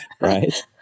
Right